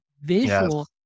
visual